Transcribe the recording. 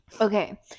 Okay